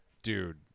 Dude